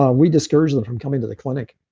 ah we discouraged them from coming to the clinic.